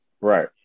Right